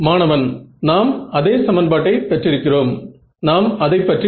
மாணவன் பகுதிகளின் எண்ணிக்கையை அதிகரியுங்கள்